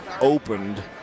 opened